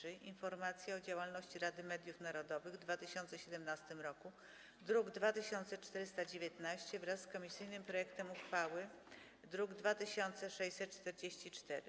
20. Informacja o działalności Rady Mediów Narodowych w 2017 roku (druk nr 2419) wraz z komisyjnym projektem uchwały (druk nr 2644)